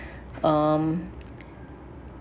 um